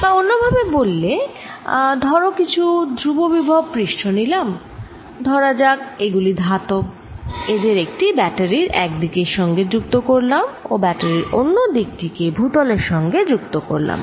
বা অন্য ভাবে ভাবলে ধরো কিছু ধ্রুববিভব পৃষ্ঠ নিলাম ধরা যাক এগুলি ধাতব এদের একটি ব্যাটারির এক দিকের সঙ্গে যুক্ত করলাম ও ব্যাটারির অন্য দিক টি কে ভুতলের সঙ্গে যুক্ত করলাম